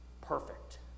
perfect